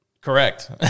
Correct